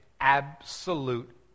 absolute